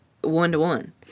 one-to-one